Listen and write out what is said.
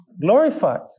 glorified